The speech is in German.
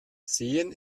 sehen